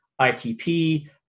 ITP